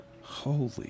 Holy